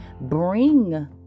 bring